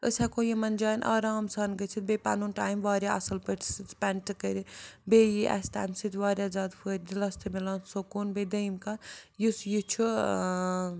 أسۍ ہٮ۪کو یِمَن جایَن آرام سان گٔژھِتھ بیٚیہِ پَنُن ٹایِم واریاہ اَصٕل پٲٹھۍ سٕپٮ۪نٛڈ تہِ کٔرِتھ بیٚیہِ یی اَسہِ تَمہِ سۭتۍ واریاہ زیادٕ فٲیدٕ دِلَس تہِ مِلان سکوٗن بیٚیہِ دٔیِم کَتھ یُس یہِ چھُ